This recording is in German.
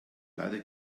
leider